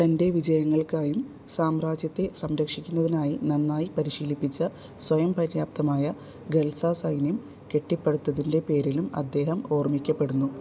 തൻ്റെ വിജയങ്ങൾക്കായും സാമ്രാജ്യത്തെ സംരക്ഷിക്കുന്നതിനായി നന്നായി പരിശീലിപ്പിച്ച സ്വയം പര്യാപ്തമായ ഖൽസ സൈന്യം കെട്ടിപ്പടുത്തതിൻ്റെ പേരിലും അദ്ദേഹം ഓർമ്മിക്കപ്പെടുന്നു